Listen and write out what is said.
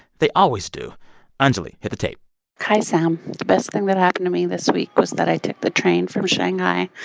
they always do anjuli, hit the tape hi, sam. the best thing that happened to me this week was that i took the train from shanghai,